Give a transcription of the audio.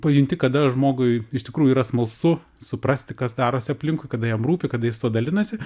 pajunti kada žmogui iš tikrųjų yra smalsu suprasti kas darosi aplinkui kada jam rūpi kada jis tuo dalinasi